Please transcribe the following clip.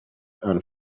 and